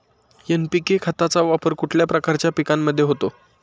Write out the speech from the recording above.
NPK खताचा वापर कुठल्या प्रकारच्या पिकांमध्ये होतो?